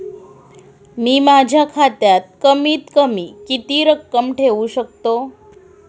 मी माझ्या खात्यात कमीत कमी किती रक्कम ठेऊ शकतो?